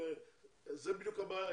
זאת בדיוק הבעיה.